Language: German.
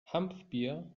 hanfbier